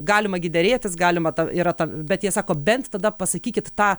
galima gi derėtis galima ta yra ta bet jie sako bent tada pasakykit tą